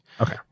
Okay